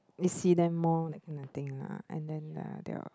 you see them more like nothing lah and then uh they will